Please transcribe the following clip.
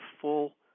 full